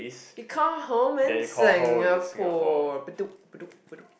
you call home in Singapore Bedok Bedok Bedok